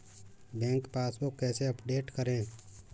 Bank passbook कैसे update करें?